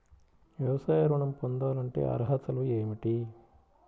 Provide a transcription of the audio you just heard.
వ్యవసాయ ఋణం పొందాలంటే అర్హతలు ఏమిటి?